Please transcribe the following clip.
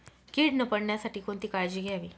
कीड न पडण्यासाठी कोणती काळजी घ्यावी?